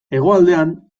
hegoaldean